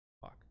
fuck